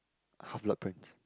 half blood prince